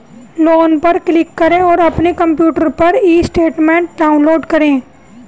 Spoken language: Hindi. लोन पर क्लिक करें और अपने कंप्यूटर पर ई स्टेटमेंट डाउनलोड करें